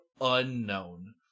unknown